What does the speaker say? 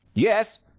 yes,